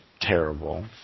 terrible